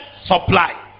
supply